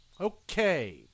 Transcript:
Okay